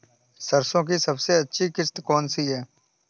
सरसो की सबसे अच्छी किश्त कौन सी है?